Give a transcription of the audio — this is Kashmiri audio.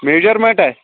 میجرمینٛٹا